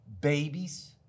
Babies